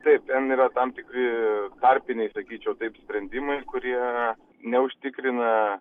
taip ten yra tam tikri tarpiniai sakyčiau taip sprendimai kurie neužtikrina